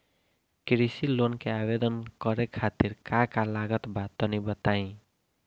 कृषि लोन के आवेदन करे खातिर का का लागत बा तनि बताई?